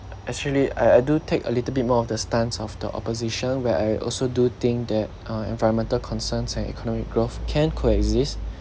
actually I I do take a little bit more of the stance of the opposition where I also do think that uh environmental concerns and economic growth can coexist